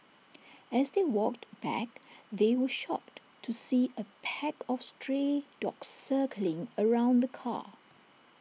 as they walked back they were shocked to see A pack of stray dogs circling around the car